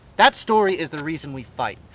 that story is the reason we fight!